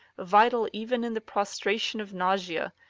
vital even in the prostration of nausea,